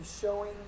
showing